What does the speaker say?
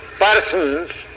Persons